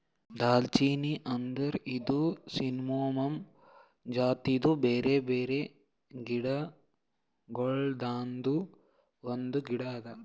ದಾಲ್ಚಿನ್ನಿ ಅಂದುರ್ ಇದು ಸಿನ್ನಮೋಮಮ್ ಜಾತಿದು ಬ್ಯಾರೆ ಬ್ಯಾರೆ ಗಿಡ ಗೊಳ್ದಾಂದು ಒಂದು ಗಿಡ ಅದಾ